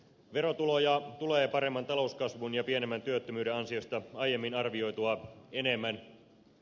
verotuloja tulee paremman talouskasvun ja pienemmän työttömyyden ansiosta aiemmin arvioitua enemmän